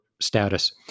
status